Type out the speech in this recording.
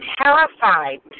terrified